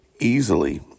easily